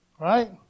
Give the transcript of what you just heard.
Right